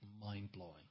mind-blowing